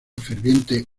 ferviente